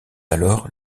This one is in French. alors